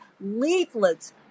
leaflets